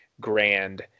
grand